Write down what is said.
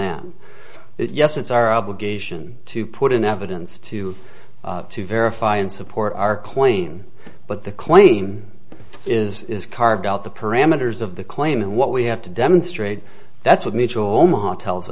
them yes it's our obligation to put in evidence to to verify and support our claim but the claim is carved out the parameters of the claim and what we have to demonstrate that's what mutual mohan tells